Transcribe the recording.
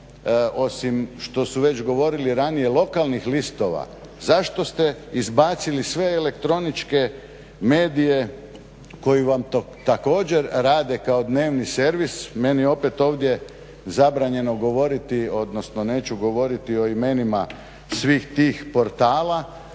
osim što su već govorili ranije lokalnih listova, zašto ste izbacili sve elektroničke medije koji vam također rade kao dnevni servis. Meni opet ovdje zabranjeno govoriti odnosno neću govoriti o imenima svih tih portala,